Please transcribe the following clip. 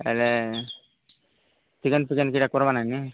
ଆରେ ଚିକେନ୍ ଫିକେନ୍ କିରା କରବାନା କି